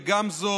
לגמזו,